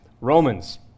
Romans